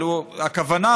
אבל הכוונה,